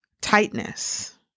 tightness